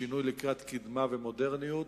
שינוי לקראת קדמה ומודרניות.